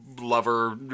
lover